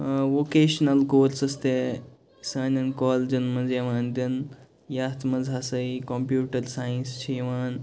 ٲ vocational courses تہِ سانٮ۪ن کالجَن منٛز یِوان دِنہٕ یَتھ منٛز ہسا یہِ کَمٛپیوٹَر سایِنَس چھِ یِوان